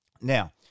Now